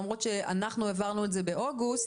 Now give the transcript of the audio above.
למרות שאנחנו העברנו את זה באוגוסט,